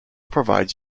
provides